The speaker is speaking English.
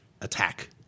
attack